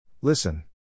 Listen